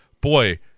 boy